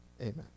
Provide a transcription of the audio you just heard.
amen